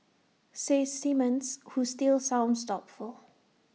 says Simmons who still sounds doubtful